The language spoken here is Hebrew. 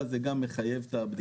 אז זה גם מחייב בדיקה.